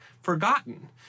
Forgotten